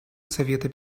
совета